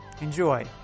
Enjoy